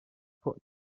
put